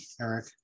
Eric